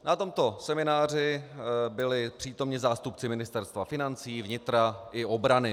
Na tomto semináři byli přítomni zástupci ministerstva financí, vnitra i obrany.